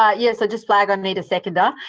ah yes, i just flag i need a seconder.